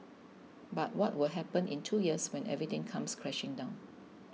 but what will happen in two years when everything comes crashing down